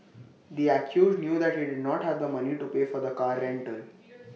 the accused knew that he did not have the money to pay for the car rental